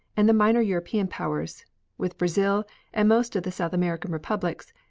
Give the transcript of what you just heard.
and the minor european powers with brazil and most of the south american republics,